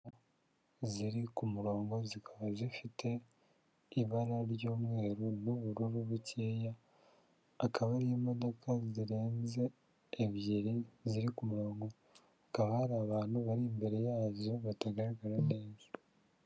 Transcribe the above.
Imodoka ziri ku murongo zikaba zifite ibara ry'umweru n'ubururu bukeya, akaba ari imodoka zirenze ebyiri ziri ku murongo; hakaba hari abantu bari imbere yazo batagaragara neza.